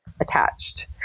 attached